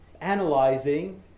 analyzing